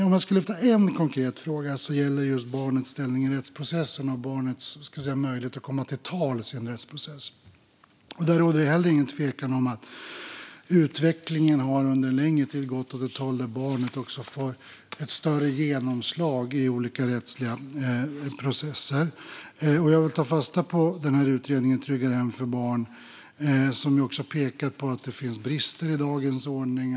Om vi ska ta en konkret fråga gäller det just barnets ställning i rättsprocesser och barnets möjlighet att komma till tals i en rättsprocess. Det råder ingen tvekan om att utvecklingen också på det området under en längre tid har gått mot ett håll där barnet får ett större genomslag i olika rättsliga processer. Jag vill ta fasta på utredningen Tryggare hem för barn , som pekar på att det finns brister i dagens ordning.